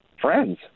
friends